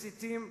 מסיתים,